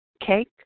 cake